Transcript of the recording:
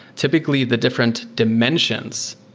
typically, the different dimensions